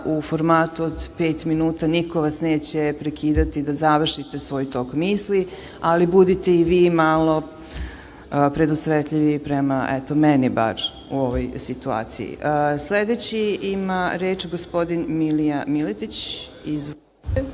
u formatu od pet minuta. Niko vas neće prekidati da završite svoj tok misli, ali budite i vi malo predusretljivi prema, eto meni bar u ovoj situaciji. Sledeći ima reč gospodin Milija Miletić.